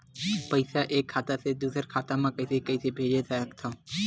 पईसा एक खाता से दुसर खाता मा कइसे कैसे भेज सकथव?